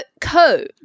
co